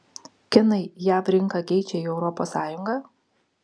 kinai jav rinką keičia į europos sąjungą